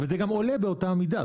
זה גם עולה באותה מידה.